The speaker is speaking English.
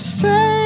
say